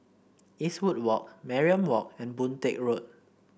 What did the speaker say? Eastwood Walk Mariam Walk and Boon Teck Road